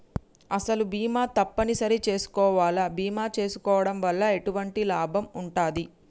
అసలు బీమా తప్పని సరి చేసుకోవాలా? బీమా చేసుకోవడం వల్ల ఎటువంటి లాభం ఉంటది?